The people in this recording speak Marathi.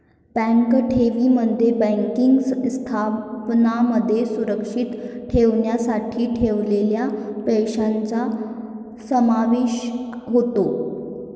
बँक ठेवींमध्ये बँकिंग संस्थांमध्ये सुरक्षित ठेवण्यासाठी ठेवलेल्या पैशांचा समावेश होतो